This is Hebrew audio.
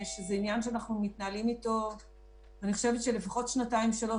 שזה עניין שאנחנו מתנהלים אתו לפחות שנתיים-שלוש,